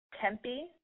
Tempe